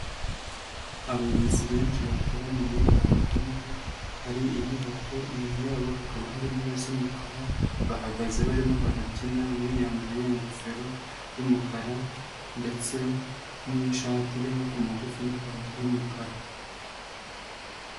Abayobozi benshi bateraniye ahantu hamwe, hari inyubako inyuma yabo hakaba hari intebe z'umukara, bahagaze barimo barabyina umwe yambaye ingofero y'umukara, ndetse n'ishati y'amaboko magufi n'ipantaro y'umukara.